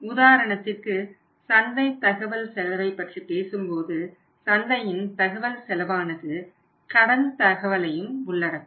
உதாரணத்திற்கு சந்தை தகவல் செலவை பற்றிப் பேசும்போது சந்தையின் தகவல் செலவானது கடன் தகவலையும் உள்ளடக்கும்